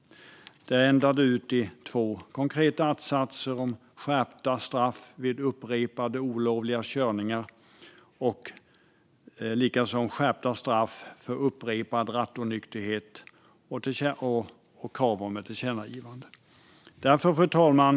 Det mynnade ut i två konkreta att-satser om skärpta straff vid upprepade olovliga körningar och likaså skärpta straff för upprepad rattonykterhet och krav om ett tillkännagivande. Fru talman!